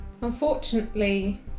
unfortunately